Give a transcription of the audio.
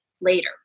later